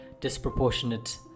disproportionate